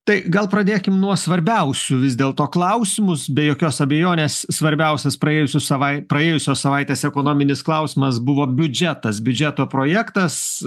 tai gal pradėkim nuo svarbiausių vis dėlto klausimus be jokios abejonės svarbiausias praėjusių savai praėjusios savaitės ekonominis klausimas buvo biudžetas biudžeto projektas